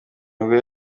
mugore